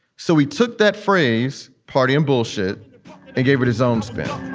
so he took that phrase party and bullshit and gave it his own spin.